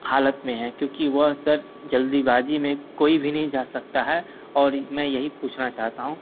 हालत में हैं क्योंकि वह सर जल्दीबाजी में कोई भी नी जा सकता है और मैं यही पूछना चाहता हूँ